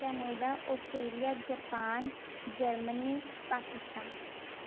Canada Australia Japan Germany Pakistan